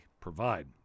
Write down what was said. provide